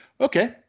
Okay